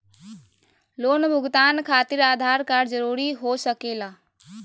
Loan भुगतान खातिर Aadhaar card जरूरी हो सके ला?